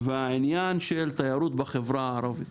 והעניין של תיירות בחברה הערבית